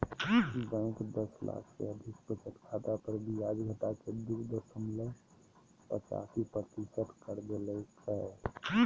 bank दस लाख से अधिक बचत खाता पर ब्याज घटाके दू दशमलब पचासी प्रतिशत कर देल कय